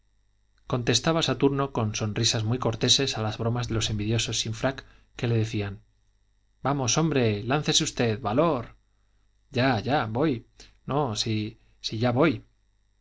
contestaba saturno con sonrisas muy corteses a las bromas de los envidiosos sin frac que le decían vamos hombre láncese usted valor ya ya voy no si ya voy